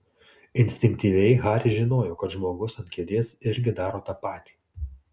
instinktyviai haris žinojo kad žmogus ant kėdės irgi daro tą patį